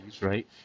right